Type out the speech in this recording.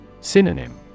Synonym